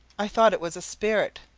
i thought it was a spirit,